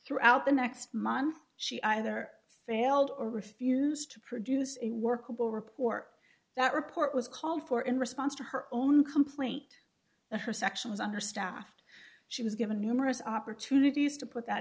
throughout the next month she either failed or refused to produce a workable report that report was called for in response to her own complaint that her section was understaffed she was given numerous opportunities to put that